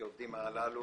כי העובדים הללו